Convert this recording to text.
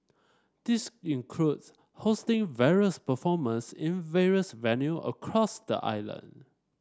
this includes hosting various performers in various venue across the island